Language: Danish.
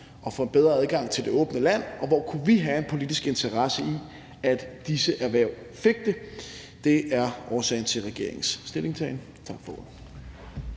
at få bedre adgang til det åbne land, og hvor vi kunne have en politisk interesse i, at disse erhverv fik det. Det er årsagen til regeringens stilling. Tak for ordet.